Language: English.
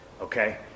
Okay